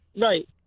Right